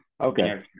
okay